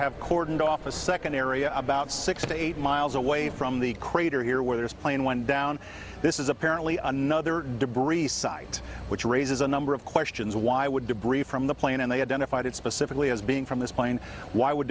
have cordoned off a second area about six to eight miles away from the crater here where this plane went down this is apparently another debris site which raises a number of questions why would debris from the plane and they identified it specifically as being from this plane why would